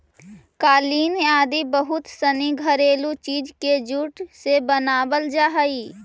कालीन आदि बहुत सनी घरेलू चीज के जूट से बनावल जा हइ